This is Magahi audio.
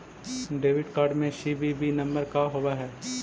डेबिट कार्ड में सी.वी.वी नंबर का होव हइ?